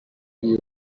you